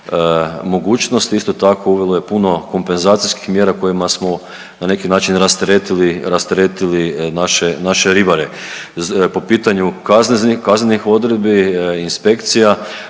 mogućnosti, isto tako, uvelo je puno kompenzacijskih mjera kojima smo na neki način rasteretili naše ribare. Po pitanju .../nerazumljivo/... kaznenih odredbi, inspekcija,